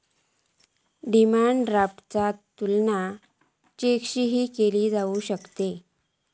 demand ड्राफ्टचा तुलना चेकशीही केला जाऊ शकता